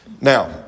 now